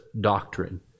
doctrine